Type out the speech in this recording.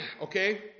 Okay